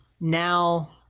now